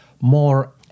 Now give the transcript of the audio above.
more